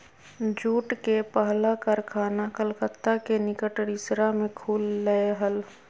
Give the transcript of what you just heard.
jute के पहला कारखाना कलकत्ता के निकट रिसरा में खुल लय हल